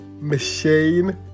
machine